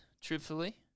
truthfully